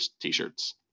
t-shirts